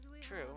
true